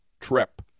Trip